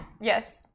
yes